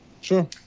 Sure